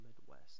Midwest